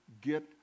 get